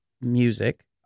music